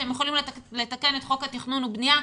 אתם יכולים לתקן את חוק התכנון והבנייה.